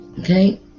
Okay